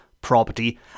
property